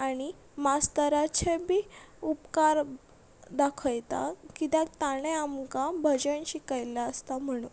आनी मास्तराचे बी उपकार दाखयता कित्याक ताणें आमकां भजन शिकयिल्लें आसता म्हणून